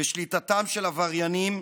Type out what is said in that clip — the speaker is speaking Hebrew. בשליטתם של עבריינים,